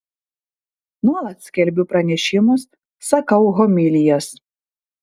nuolat skelbiu pranešimus sakau homilijas